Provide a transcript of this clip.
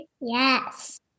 Yes